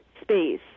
Space